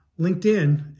LinkedIn